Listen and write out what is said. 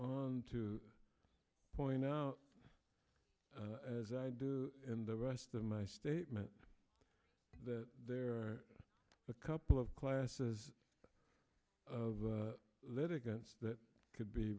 on to point out as i do in the rest of my statement that there are a couple of classes of litigants that could be